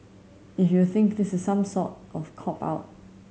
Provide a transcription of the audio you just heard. if you think this is some sort of cop out